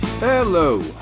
Hello